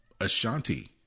Ashanti